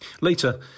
Later